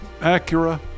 Acura